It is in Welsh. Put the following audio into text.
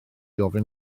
ofyn